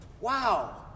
wow